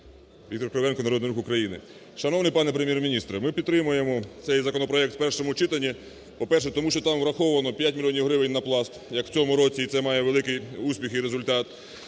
Віктор Кривенко, "Народний Рух України". Шановний пане Прем'єр-міністр, ми підтримуємо цей законопроект в першому читанні, по-перше, тому що там враховано 5 мільйонів гривень на пласт, як в цьому році і це має великий успіх, і результат.